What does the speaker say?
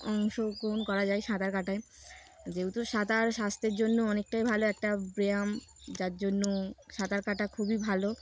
অংশগ্রহণ করা যায় সাঁতার কাটায় যেহেতু সাঁতার স্বাস্থ্যের জন্য অনেকটাই ভালো একটা ব্যায়াম যার জন্য সাঁতার কাটা খুবই ভালো